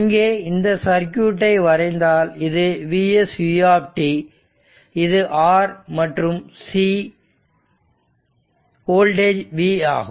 இங்கே இந்த சர்க்யூட்டை வரைந்தால் இது Vs u இது R மற்றும் c வோல்டேஜ் v ஆகும்